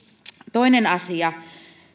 toinen asia